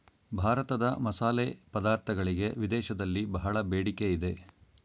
ಭಾರತದ ಮಸಾಲೆ ಪದಾರ್ಥಗಳಿಗೆ ವಿದೇಶದಲ್ಲಿ ಬಹಳ ಬೇಡಿಕೆ ಇದೆ